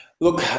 Look